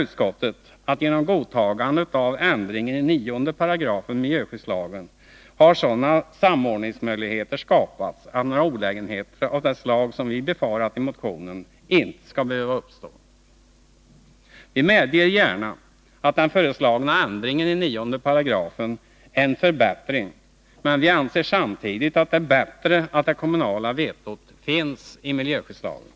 Utskottet menar att genom godtagande av ändringen i 9 § miljöskyddslagen har sådana samordningsmöjligheter skapats att några olägenheter av det slag som vi befarat i motionen inte skall behöva uppstå. Vi medger gärna att den föreslagna ändringen i 9 § är en förbättring, men vi anser samtidigt att det är bättre, om det kommunala vetot finns i miljöskyddslagen.